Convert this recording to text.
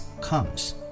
comes